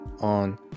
on